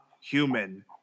human